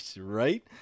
Right